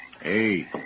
Hey